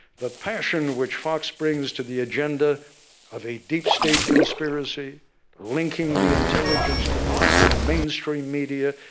the passion which fox brings to the agenda of a deep-state conspiracy linking the intelligence community, mainstream media,